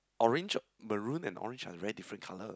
orange maroon and orange are very different colour